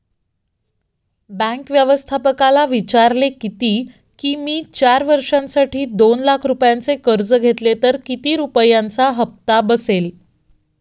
bank व्यवस्थापकाला विचारले किती की, मी चार वर्षांसाठी दोन लाख रुपयांचे कर्ज घेतले तर किती रुपयांचा हप्ता बसेल